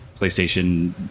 PlayStation